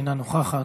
אינה נוכחת,